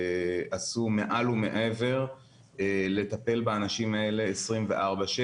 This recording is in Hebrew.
עשו מעל ומעבר לטפל באנשים האלה 24/7,